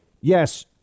Yes